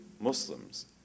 Muslims